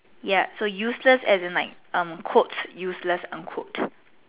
yeah so useless as in like um quote useless unquote